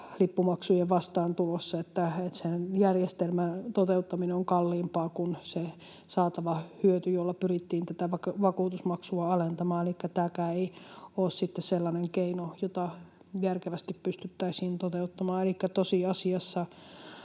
lippumaksujen vastaantulossa — että sen järjestelmän toteuttaminen on kalliimpaa kuin se saatava hyöty, kun pyrittiin tätä vakuutusmaksua alentamaan. Elikkä tämäkään ei ole sellainen keino, jota järkevästi pystyttäisiin toteuttamaan.